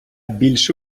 більше